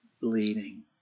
Bleeding